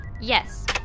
Yes